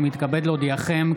אני מתכבד להודיעכם,